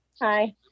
Hi